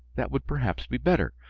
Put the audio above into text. that would, perhaps, be better.